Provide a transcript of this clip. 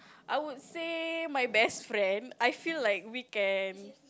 I would say my best friend I feel like we can